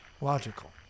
Logical